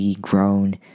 grown